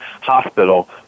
Hospital